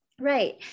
Right